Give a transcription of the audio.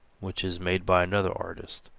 which is made by another artist.